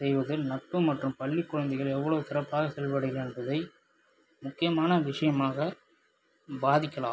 செய்வது நட்பு மற்றும் பள்ளிக்குழந்தைகள் எவ்வளவு சிறப்பாக செயல் படுகிறார்கள் என்பதை முக்கியமான விஷயமாக பாதிக்கலாம்